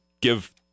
give